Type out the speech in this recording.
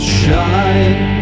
shine